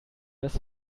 das